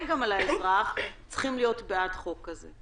גם על האזרח צריכים להיות בעד חוק כזה.